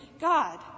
God